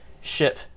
ship